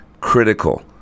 critical